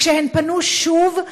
כשהן פנו שוב,